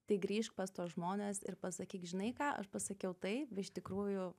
tai grįžk pas tuos žmones ir pasakyk žinai ką aš pasakiau tai iš tikrųjų